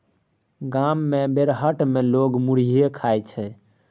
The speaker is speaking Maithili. गाम मे बेरहट मे लोक मुरहीये खाइ छै